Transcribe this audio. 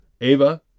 Ava